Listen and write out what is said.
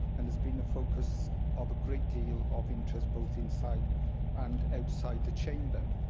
and has been the focus of a great deal of interest both inside and outside the chamber.